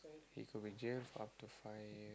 he could be jailed for up to five years